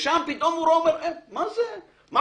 שם פתאום הוא אומר: מה פתאום?